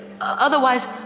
Otherwise